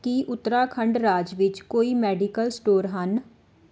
ਕੀ ਉੱਤਰਾਖੰਡ ਰਾਜ ਵਿੱਚ ਕੋਈ ਮੈਡੀਕਲ ਸਟੋਰ ਹਨ